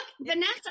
vanessa